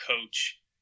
coach